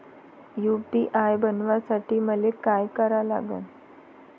UPI बनवासाठी मले काय करा लागन?